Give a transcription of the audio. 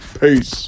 Peace